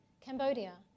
Cambodia